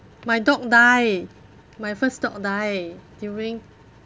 my dog die my first dog die during